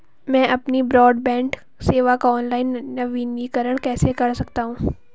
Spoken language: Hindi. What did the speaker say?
मैं अपनी ब्रॉडबैंड सेवा का ऑनलाइन नवीनीकरण कैसे कर सकता हूं?